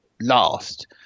last